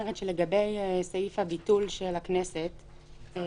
נראה לי שאתם מנסים ללמוד ממודל שהוא קצת --- לא,